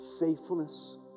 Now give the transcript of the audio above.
faithfulness